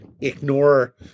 ignore